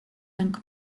and